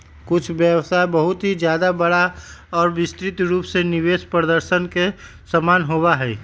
कुछ व्यय बहुत ही ज्यादा बड़ा और विस्तृत रूप में निवेश प्रदर्शन के समान होबा हई